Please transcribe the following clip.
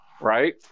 right